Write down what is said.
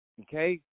Okay